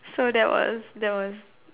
so that was that was